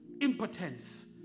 impotence